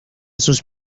sus